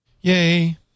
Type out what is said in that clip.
Yay